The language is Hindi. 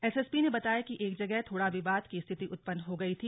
एसएसपी ने बताया कि एक जगह थोड़ा विवाद की स्थिति उत्पन्न हो गई थी